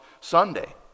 sunday